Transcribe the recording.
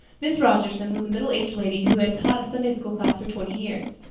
miss rogerson was a middle-aged lady who had taught a sunday-school class for twenty years.